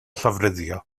llofruddio